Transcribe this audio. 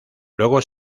luego